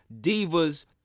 divas